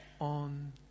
On